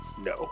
No